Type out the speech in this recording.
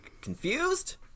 confused